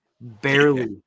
Barely